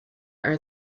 are